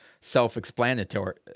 self-explanatory